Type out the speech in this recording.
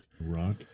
Rock